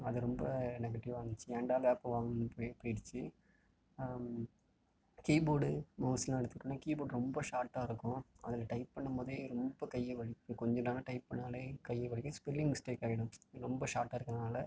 அது ரொம்ப நெகட்டிவாக இருந்துச்சு ஏன்டா லேப்பு வாங்கினோன்ற மாதிரி போயிடுச்சி கீபோர்டு மௌஸ்லாம் எடுத்துக்கிட்டோம்னால் கீபோர்ட் ரொம்ப ஷார்ட்டாக இருக்கும் அதில் டைப் பண்ணும் போதே ரொம்ப கையை வலிக்கும் கொஞ்ச நேரம் டைப் பண்ணாலே கையை வலிக்கும் ஸ்பெல்லிங் மிஸ்டேக் ஆகிடும் ரொம்ப ஷார்ட்டாக இருக்கறதுனால